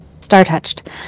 Star-Touched